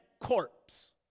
corpse